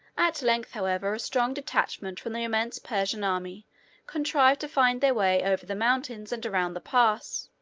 at length, however, a strong detachment from the immense persian army contrived to find their way over the mountains and around the pass,